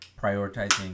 prioritizing